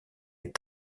est